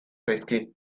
zaizkit